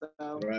Right